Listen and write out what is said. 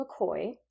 McCoy